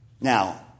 Now